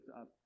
up